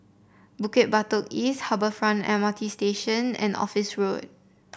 Bukit Batok East Harbour Front M R T Station and Office Road